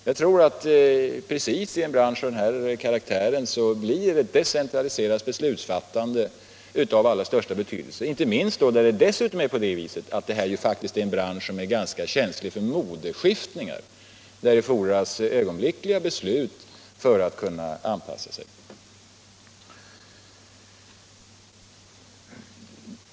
Jag tror att just i en bransch av denna karaktär blir decentraliserat beslutsfattande av allra största betydelse, inte minst då det dessutom är fråga om en bransch som är ganska känslig för modeskiftningar, där det fordras snabba beslut för att kunna anpassa sig.